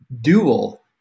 dual